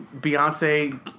Beyonce